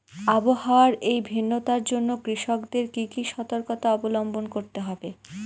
আবহাওয়ার এই ভিন্নতার জন্য কৃষকদের কি কি সর্তকতা অবলম্বন করতে হবে?